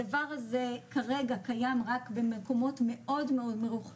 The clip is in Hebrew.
הדבר הזה כרגע קיים רק במקומות מאוד מרוחקים